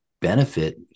benefit